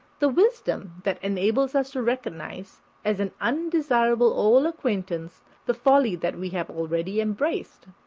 the wisdom that enables us to recognize as an undesirable old acquaintance the folly that we have already embraced.